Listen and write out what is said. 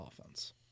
offense